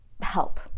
help